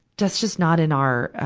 just just not in our, ah,